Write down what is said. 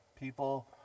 People